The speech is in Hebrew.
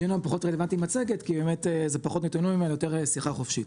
בדיון היום פחות רלוונטי מצגת כי זה פחות נתונים אלא יותר שיחה חופשית.